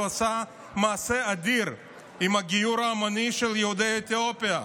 שהוא עשה מעשה אדיר עם הגיור ההמוני של יהודי אתיופיה,